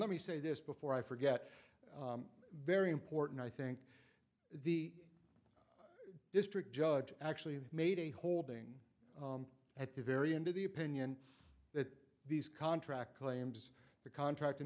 let me say this before i forget very important i think the district judge actually made a holding at the very end of the opinion that these contract claims the contract